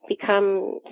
become